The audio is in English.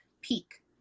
peak